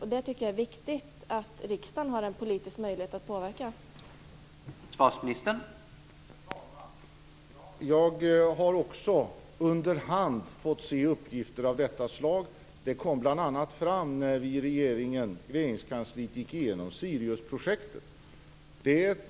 Jag tycker att det viktigt att riksdagen har en politisk möjlighet att påverka detta.